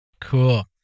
Cool